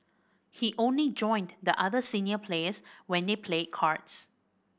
he only join the other senior players when they played cards